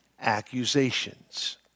accusations